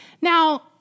Now